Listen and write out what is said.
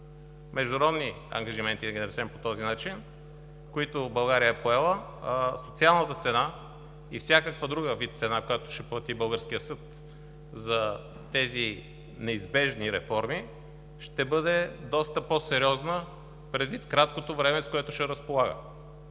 международни ангажименти – да ги наречем по този начин, които България е поела, социалната цена и всякакъв друг вид цена, която ще плати българският съд за тези неизбежни реформи, ще бъде доста по-сериозна, предвид краткото време, с което ще разполага.